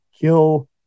kill